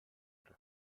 oder